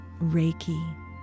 Reiki